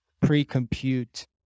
pre-compute